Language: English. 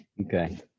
okay